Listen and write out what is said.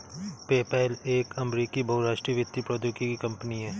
PayPal एक अमेरिकी बहुराष्ट्रीय वित्तीय प्रौद्योगिकी कंपनी है